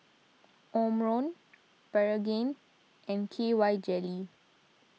Omron Pregain and K Y Jelly